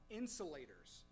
insulators